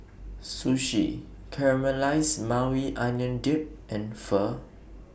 Sushi Caramelized Maui Onion Dip and Pho